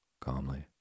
calmly